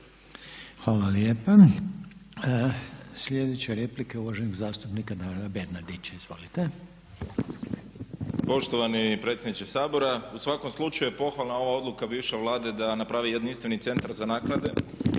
vam lijepa. Slijedeća replika je uvaženog zastupnika Davora Bernardića. Izvolite. **Bernardić, Davor (SDP)** Poštovani predsjedniče Sabora, u svakom slučaju je pohvalna ova odluka bivše vlade da napravi jedinstveni centar za naknade